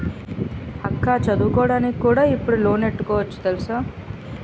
అక్కా చదువుకోడానికి కూడా ఇప్పుడు లోనెట్టుకోవచ్చు తెలుసా?